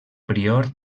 prior